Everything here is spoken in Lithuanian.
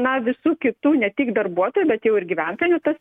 na visų kitų ne tik darbuotojų bet jau ir gyventojų tas